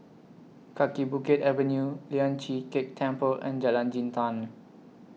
Kaki Bukit Avenue Lian Chee Kek Temple and Jalan Jintan